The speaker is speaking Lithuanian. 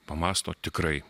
pamąsto tikrai